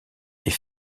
est